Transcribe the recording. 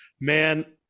man